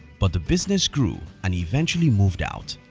but the business grew and he eventually moved out.